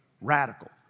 Radical